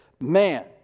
Man